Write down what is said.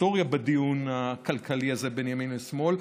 היסטוריה בדיון הכלכלי הזה בין ימין לשמאל.